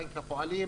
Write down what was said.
בנק הפועלים,